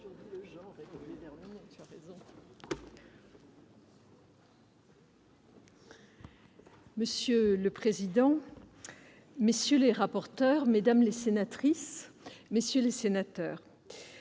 Monsieur le président, messieurs les rapporteurs, mesdames les sénatrices, messieurs les sénateurs,